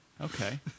okay